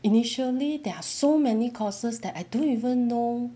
initially there are so many courses that I don't even know